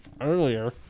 Earlier